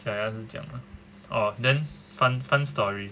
假牙是这样的 orh then fun fun story